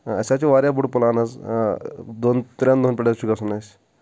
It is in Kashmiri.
اسہِ حظ چھُ واریاہ بوٚڑ پٕلان حظ دۅن ترٛین دۅہن پٮ۪ٹھ حظ چھُ گژھُن اسہِ